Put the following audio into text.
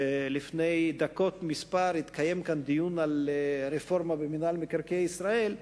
לפני דקות אחדות התקיים כאן דיון על רפורמה במינהל מקרקעי ישראל,